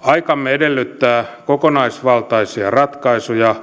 aikamme edellyttää kokonaisvaltaisia ratkaisuja